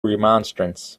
remonstrance